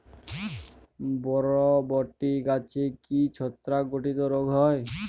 বরবটি গাছে কি ছত্রাক ঘটিত রোগ হয়?